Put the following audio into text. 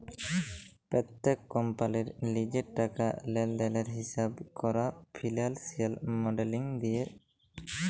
প্যত্তেক কম্পালির লিজের টাকা লেলদেলের হিঁসাব ক্যরা ফিল্যালসিয়াল মডেলিং দিয়ে